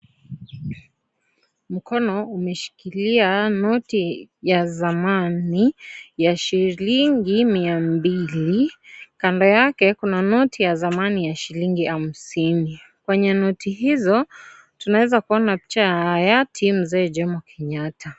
Mkono umeshikilia noti ya zamani ya shilingi mia mbili. Kando yake kuna noti ya zamani ya shilingi hamsini. Kwenye noti hizo tunaweza kuona picha ya hayati Mzee Jomo Kenyatta.